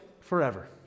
forever